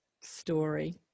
story